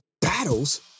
battles